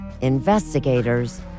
investigators